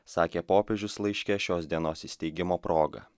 sakė popiežius laiške šios dienos įsteigimo proga